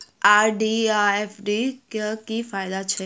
RD आ FD क की फायदा छै?